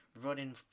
running